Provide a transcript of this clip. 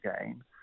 again